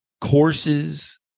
courses